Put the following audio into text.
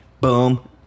boom